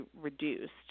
reduced